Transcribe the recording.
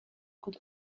could